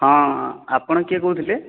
ହଁ ଆପଣ କିଏ କହୁଥିଲେ